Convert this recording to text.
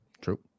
True